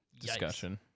discussion